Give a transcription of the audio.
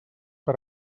per